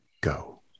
Go